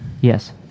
Yes